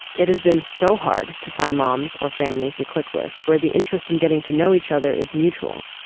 it has been so hard to find moms or families. we click with where the interest in getting to know each other is mutual.